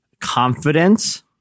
confidence